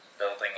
building